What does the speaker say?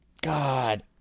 God